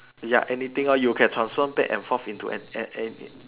ya anything lor you can transform back and forth into an any